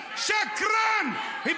אתה